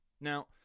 now